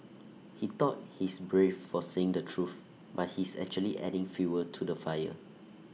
he thought he's brave for saying the truth but he's actually adding fuel to the fire